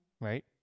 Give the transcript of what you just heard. right